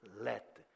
Let